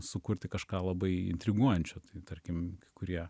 sukurti kažką labai intriguojančio tai tarkim kurie